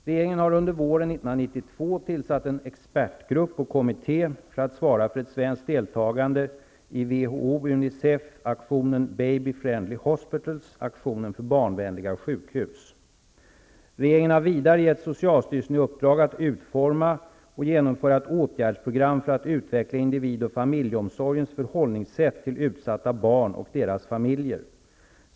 Regeringen har under våren 1992 tillsatt en expertgrupp och kommitté för att svara för ett svenskt deltagande i WHO-/Unicef-aktionen Baby - Regeringen har vidare gett socialstyrelsen i uppdrag att utforma och genomföra ett åtgärdsprogram för att utveckla individ och familjeomsorgens förhållningssätt till utsatta barn och deras familjer.